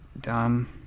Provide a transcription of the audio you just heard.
dumb